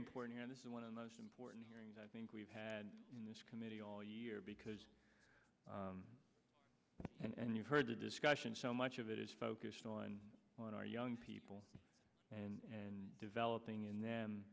important and it's one of the most important hearings i think we've had in this committee all year because and you've heard the discussion so much of it is focused on on our young people and developing in then